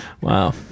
Wow